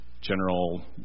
general